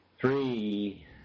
three